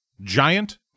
Giant